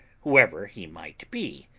whoever he might be,